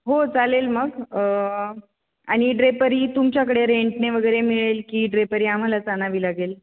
हो चालेल मग आणि ड्रेपरी तुमच्याकडे रेंटने वगैरे मिळेल की ड्रेपरी आम्हालाच आणावी लागेल